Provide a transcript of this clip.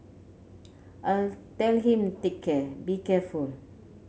I tell him take care be careful work